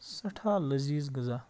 سٮ۪ٹھاہ لٔزیٖز غذا